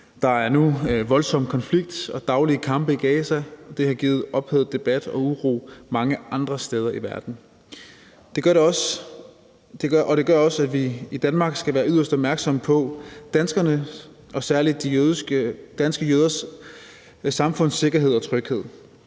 Der er nu voldsom konflikt og daglige kampe i Gaza, og det har givet ophedet debat og uro mange andre steder i verden, og det gør også, at vi i Danmark skal være yderst opmærksomme på danskerne og særlig det danske jødiske samfunds sikkerhed og tryghed.